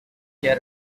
get